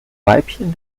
weibchen